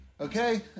Okay